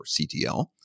CTL